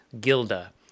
Gilda